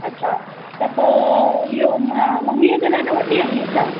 अच्छा त पोइ इहो मा मम्मीअ जे लाइ न वठी आईं आहीं छा